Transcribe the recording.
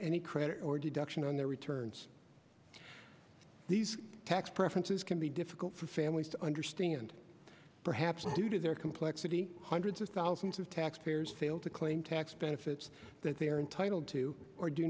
any credit or deduction on their returns these tax preferences can be difficult for families to understand perhaps due to their complexity hundreds of thousands of taxpayers fail to claim tax benefits that they are entitled to or do